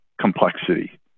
complexity